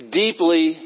deeply